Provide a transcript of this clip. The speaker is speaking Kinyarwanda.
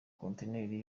kontineri